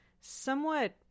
somewhat